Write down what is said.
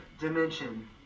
dimension